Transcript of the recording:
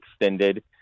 extended